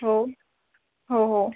हो हो हो